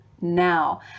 Now